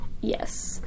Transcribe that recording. Yes